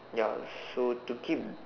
ya so to keep